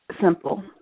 simple